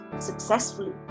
successfully